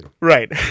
right